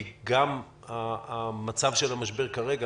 כי גם המצב של המשבר כרגע,